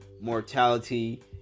mortality